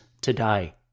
today